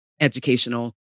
educational